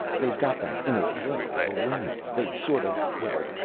they've got that inner glow of awareness. they sort of. well.